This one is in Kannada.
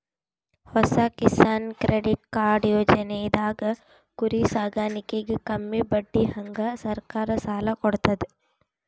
ಹೊಸ ಕಿಸಾನ್ ಕ್ರೆಡಿಟ್ ಕಾರ್ಡ್ ಯೋಜನೆದಾಗ್ ಕುರಿ ಸಾಕಾಣಿಕೆಗ್ ಕಮ್ಮಿ ಬಡ್ಡಿಹಂಗ್ ಸರ್ಕಾರ್ ಸಾಲ ಕೊಡ್ತದ್